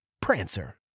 Prancer